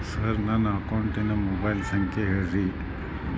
sir ನನ್ನ ಅಕೌಂಟಿನ mobile ಸಂಖ್ಯೆ ಹೇಳಿರಿ